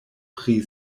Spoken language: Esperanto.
pri